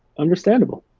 understandable,